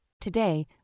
Today